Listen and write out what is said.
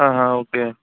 ஆ ஆ ஓகே